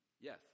Yes